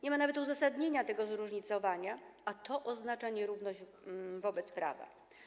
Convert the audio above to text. Nie ma nawet uzasadnienia tego zróżnicowania, a to oznacza nierówność wobec prawa.